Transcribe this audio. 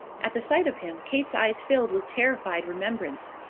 at the sight of him, kate's eyes filled with terrified remembrance.